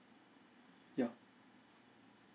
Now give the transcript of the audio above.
yeah